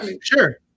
Sure